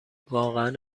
واقعا